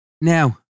Now